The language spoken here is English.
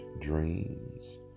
dreams